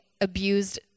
abused